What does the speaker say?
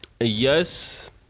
Yes